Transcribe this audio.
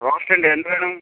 roast ഉണ്ട് എന്ത് വേണം